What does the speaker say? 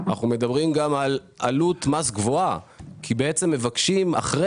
אנחנו מדברים גם על עלות מס גבוהה כי בעצם מבקשים אחרי